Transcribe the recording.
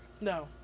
No